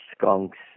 skunks